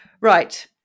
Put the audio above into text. Right